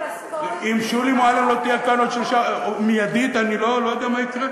אם שולי מועלם לא תהיה כאן מיידית אני לא יודע מה יקרה.